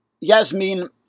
Yasmin